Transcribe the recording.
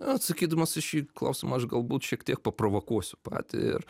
atsakydamas į šį klausimą aš galbūt šiek tiek paprovokuosiu pat ir